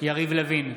יריב לוין,